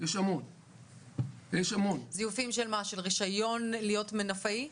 מזייפים כדי להיות מנופאים?